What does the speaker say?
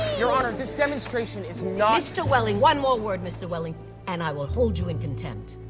your honor, this demonstration is not. mr. welling, one more word mr. welling and i will hold you in contempt.